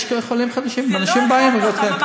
יש חולים חדשים, לא הכרחת אותם.